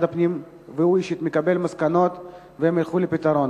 הפנים והוא אישית יקבלו מסקנות והם ילכו לפתרון.